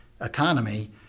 economy